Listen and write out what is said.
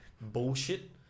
bullshit